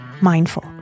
Mindful